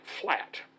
flat